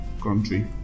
country